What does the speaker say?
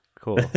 cool